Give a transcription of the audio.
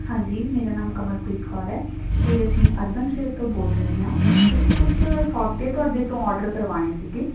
ਹਾਂਜੀ ਮੇਰਾ ਨਾਮ ਕਮਲਪ੍ਰੀਤ ਕੌਰ ਹੈ ਅਤੇ ਅਸੀਂ ਅਰਬਨ ਸਟੇਟ ਤੋਂ ਬੋਲ ਰਹੇ ਹਾਂ ਅਸੀਂ ਕੁਛ ਸੌਦੇ ਤੁਹਾਡੇ ਤੋਂ ਔਡਰ ਕਰਵਾਉਣੇ ਸੀਗੇ